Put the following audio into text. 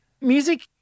music